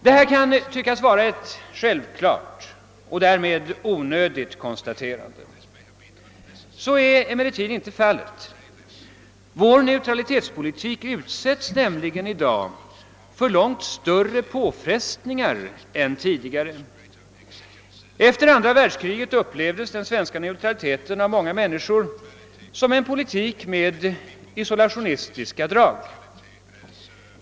Detta kan tyckas vara ett självklart och därmed onödigt konstaterande. Så är emellertid inte fallet. Vår neutralitetspolitik utsätts nämligen i dag för långt större påfrestningar än tidigare. den svenska neutraliteten av många människor som en politik med isolationistiska drag.